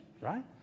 right